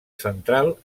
central